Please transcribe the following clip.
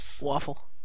Waffle